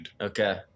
Okay